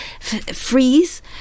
freeze